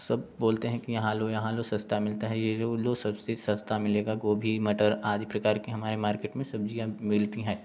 तो सब बोलते हैं कि यहाँ लो यहाँ लो सस्ता मिलता है ये लो लो सबसे सस्ता मिलेगा गोभी मटर आदि प्रकार के हमारे मार्केट में सब्जियाँ मिलती हैं